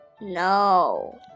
No